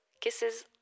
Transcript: Kisses